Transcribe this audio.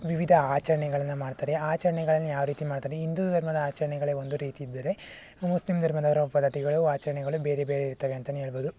ವಿವಿಧ ಆಚರಣೆಗಳನ್ನು ಮಾಡ್ತಾರೆ ಆಚರಣೆಗಳನ್ನು ಯಾವ ರೀತಿ ಮಾಡ್ತಾರೆ ಹಿಂದೂ ಧರ್ಮದ ಆಚರಣೆಗಳೇ ಒಂದು ರೀತಿ ಇದ್ದರೆ ಮುಸ್ಲಿಮ್ ಧರ್ಮದವರ ಪದ್ಧತಿಗಳು ಆಚರಣೆಗಳು ಬೇರೆ ಬೇರೆ ಇರ್ತವೆ ಅಂತಲೇ ಹೇಳಬಹುದು